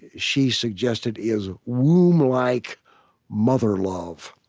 she's suggested, is womb-like mother love.